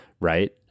right